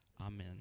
Amen